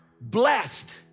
blessed